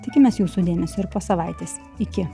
tikimės jūsų dėmesio ir po savaitės iki